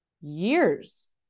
years